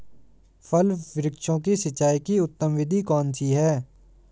फल वृक्षों की सिंचाई की उत्तम विधि कौन सी है?